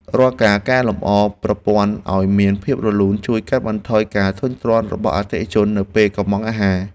រាល់ការកែលម្អប្រព័ន្ធឱ្យមានភាពរលូនជួយកាត់បន្ថយការធុញទ្រាន់របស់អតិថិជននៅពេលកុម្ម៉ង់អាហារ។